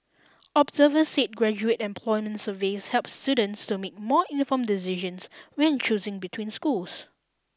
observers said graduate employment surveys help students to make more informed decisions when choosing between schools